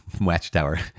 watchtower